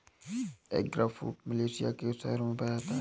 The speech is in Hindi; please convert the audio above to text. एगफ्रूट मलेशिया के शहरों में पाया जाता है